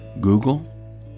Google